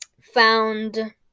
found